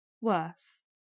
Worse